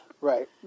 right